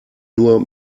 nur